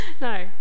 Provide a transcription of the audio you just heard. No